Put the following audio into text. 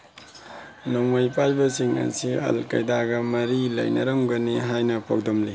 ꯅꯣꯡꯃꯩ ꯄꯥꯏꯕꯁꯤꯡ ꯑꯁꯤ ꯑꯜ ꯀꯩꯗꯥꯒ ꯃꯔꯤ ꯂꯩꯅꯔꯝꯒꯅꯤ ꯍꯥꯏꯅ ꯄꯥꯎꯗꯝꯂꯤ